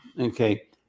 Okay